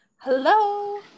Hello